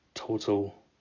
total